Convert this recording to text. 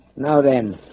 now then